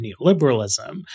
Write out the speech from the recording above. neoliberalism